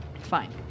Fine